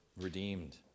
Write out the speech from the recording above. Redeemed